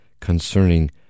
concerning